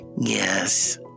Yes